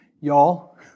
Y'all